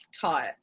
taught